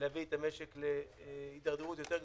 להביא את המשק להידרדרות יותר גדולה.